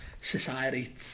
society